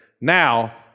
Now